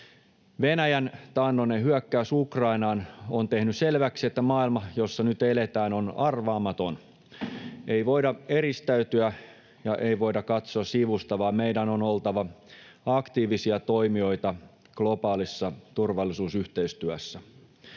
Venäjän taannoinen hyökkäys Ukrainaan on tehnyt selväksi, että maailma, jossa nyt eletään, on arvaamaton. Ei voida eristäytyä ja ei voida katsoa sivusta, vaan meidän on oltava aktiivisia toimijoita globaalissa turvallisuusyhteistyössä.